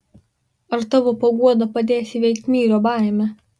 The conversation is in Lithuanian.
ar tavo paguoda padės įveikt myrio baimę